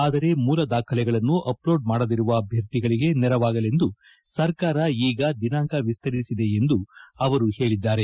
ಆದರೆ ಮೂಲ ದಾಖಲೆಗಳನ್ನು ಅಪ್ಲೋಡ್ ಮಾಡದಿರುವ ಅಭ್ಯರ್ಥಿಗಳಿಗೆ ನೆರವಾಗಲೆಂದು ಸರ್ಕಾರ ಈಗ ದಿನಾಂಕ ವಿಸ್ತರಿಸಿದೆ ಎಂದು ಅವರು ಹೇಳಿದ್ದಾರೆ